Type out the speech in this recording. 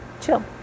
chill